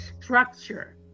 structure